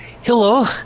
hello